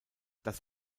das